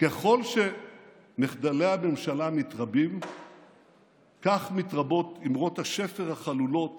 ככל שמחדלי הממשלה מתרבים כך מתרבות אמרות השפר החלולות